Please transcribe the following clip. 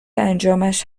انجامش